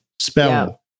Spell